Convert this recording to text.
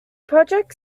project